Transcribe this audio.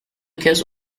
kez